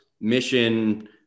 mission